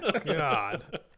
God